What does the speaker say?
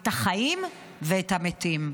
את החיים ואת המתים.